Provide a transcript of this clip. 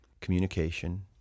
communication